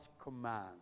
command